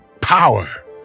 power